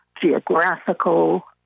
geographical